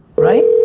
right?